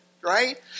right